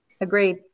agreed